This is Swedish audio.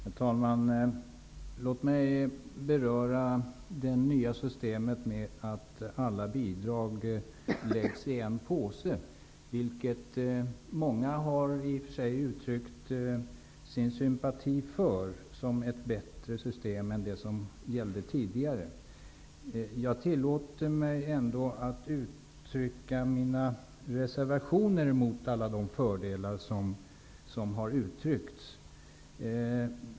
Herr talman! Låt mig beröra det nya systemet att alla bidrag läggs i en påse. Många har uttryckt sin sympati för det och ansett det vara ett bättre system än det som gällde tidigare. Jag tillåter mig att ändå betvivla att det har alla de fördelar som man har framfört.